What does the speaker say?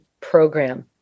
program